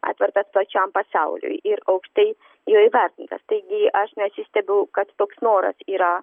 atvertas plačiam pasauliui ir aukštai įvertintas taigi aš nesistebiu kad toks noras yra